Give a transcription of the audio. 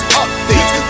updates